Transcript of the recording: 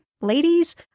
ladies